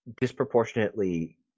disproportionately